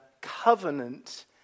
covenant